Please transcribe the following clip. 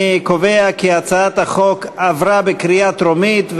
אני קובע כי הצעת החוק עברה בקריאה טרומית,